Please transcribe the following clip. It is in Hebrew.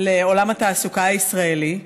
לעולם התעסוקה הישראלי.